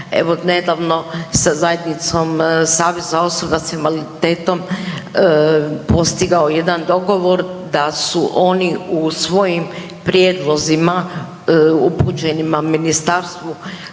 nedavno sa zajednicom Saveza osoba s invaliditetom postigao jedan dogovor da su oni u svojim prijedlozima upućenima ministarstvu